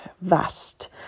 vast